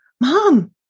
mom